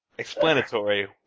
Explanatory